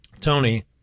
Tony